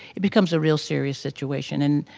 it becomes a real serious situation. and